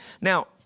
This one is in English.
Now